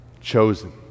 chosen